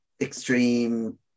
extreme